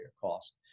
cost